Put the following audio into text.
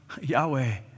Yahweh